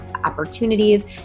opportunities